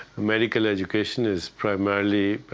medical education is primarily